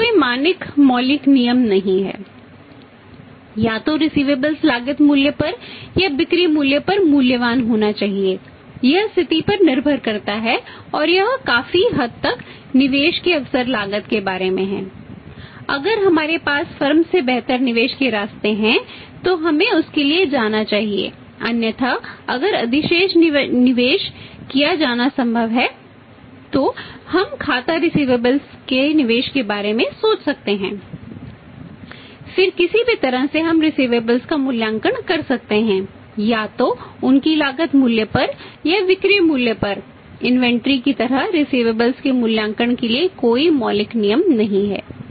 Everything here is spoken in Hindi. तो यह कोई मानक मौलिक नियम नहीं है या तो रिसिवेबल्स के मूल्यांकन के लिए कोई मौलिक नियम नहीं है